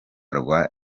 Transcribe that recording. rwa